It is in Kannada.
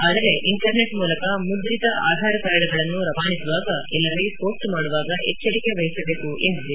ಆದರೆ ಇಂಟರ್ನೆಟ್ ಮೂಲಕ ಮುದ್ರಿತ ಆಧಾರ್ ಕಾರ್ಡ್ಗಳನ್ನು ರವಾನಿಸುವಾಗ ಇಲ್ಲವೆ ಹೋಸ್ಟ್ ಮಾಡುವಾಗ ಎಚ್ಚರಿಕೆ ವಹಿಸಬೇಕು ಎಂದಿದೆ